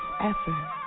effort